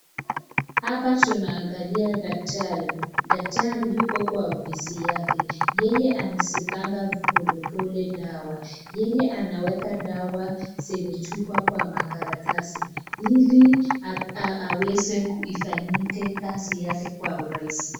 Hapa tunaangalia daktari. Daktari yuko kwa ofisi yake. Yeye anasibanga polepole dawa. Yeye anaweka dawa senye chupa kwa makaratasi. Ili aweze kuifanyike kazi yake kwa urahisi.